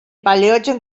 paleogen